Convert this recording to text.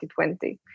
2020